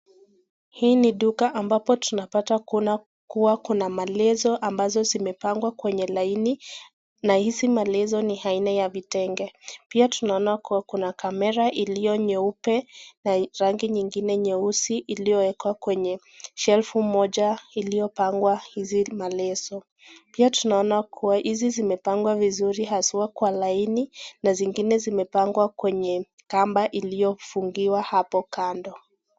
Hii ni duka ambapo tunapata kuwa kuna maleso ambazo zimepangwa kwenye laini na hizi maleso ni aina ya vitenge. Pia tunaona kuwa kuna kamera iliyonyeupe na rangi nyingine nyeusi iliyoekwa kwenye shelfu moja iliyopangwa hizi maleso. Pia tunaona kuwa hizi zimepangwa vizuri haswa kwa laini na zingine zimepangwa kwenye kamba iliyofungiwa hapo kando.